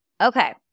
Okay